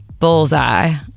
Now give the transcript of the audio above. Bullseye